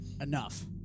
enough